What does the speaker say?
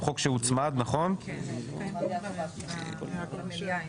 הצעת חוק העונשין (תיקון הרחבת הגדרת הגזענות),